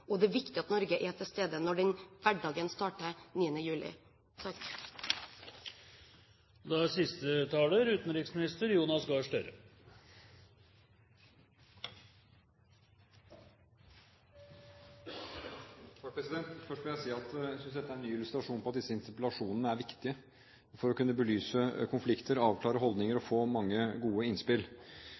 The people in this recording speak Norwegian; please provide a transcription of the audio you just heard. Det er viktig at Norge er til stede når hverdagen starter 9. juli. Først vil jeg si at jeg synes at dette er en ny illustrasjon på at disse interpellasjonene er viktige for å kunne belyse konflikter, avklare holdninger og få mange gode innspill.